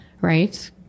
Right